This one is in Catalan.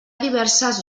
diverses